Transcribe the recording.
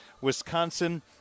Wisconsin